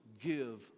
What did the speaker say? give